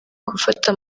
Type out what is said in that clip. gufata